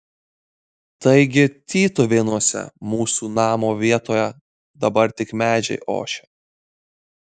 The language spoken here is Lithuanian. taigi tytuvėnuose mūsų namo vietoje dabar tik medžiai ošia